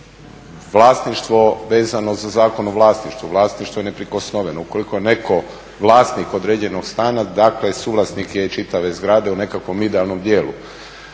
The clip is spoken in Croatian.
vlasništvo vezano za Zakon o vlasništvu, vlasništvo …, ukoliko netko, vlasnik određenog stana, dakle suvlasnik je čitave zgrade u nekakvom idealnom dijelu?